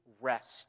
rest